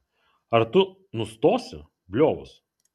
ar tu nustosi bliovus